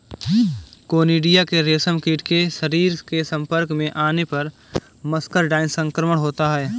conidia के रेशमकीट के शरीर के संपर्क में आने पर मस्करडाइन संक्रमण होता है